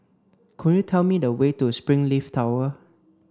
could you tell me the way to Springleaf Tower